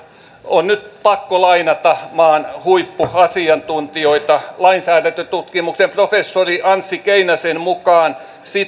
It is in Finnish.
on nyt pakko lainata maan huippuasiantuntijoita lainsäädäntötutkimuksen professori anssi keinäsen mukaan